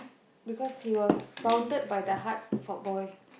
because he was bounded by the heart for boy